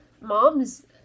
moms